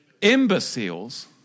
imbeciles